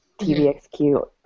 TVXQ